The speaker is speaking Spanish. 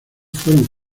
fueron